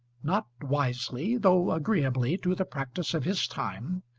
not wisely though agreeably to the practice of his time,